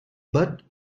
but